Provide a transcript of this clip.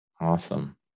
Awesome